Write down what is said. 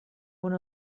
one